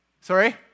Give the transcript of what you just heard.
Sorry